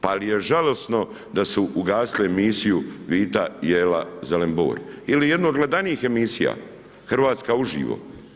Pa jel žalosno da ugasili emisiju Vita jela, zelen bor ili jednu od gledanijih emisija Hrvatska uživo.